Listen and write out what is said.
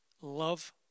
love